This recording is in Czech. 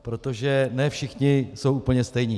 Protože ne všichni jsou úplně stejní.